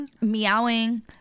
meowing